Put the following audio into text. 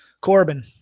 Corbin